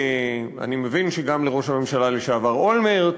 אני מבין שגם לראש הממשלה לשעבר אולמרט,